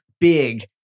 big